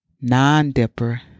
non-dipper